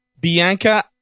Bianca